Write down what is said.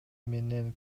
менен